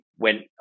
went